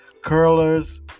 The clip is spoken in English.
curlers